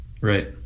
right